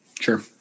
Sure